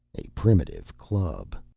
a primitive club.